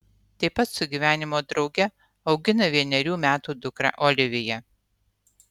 tai pat su gyvenimo drauge augina vienerių metų dukrą oliviją